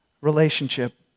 relationship